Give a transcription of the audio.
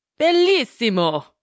Bellissimo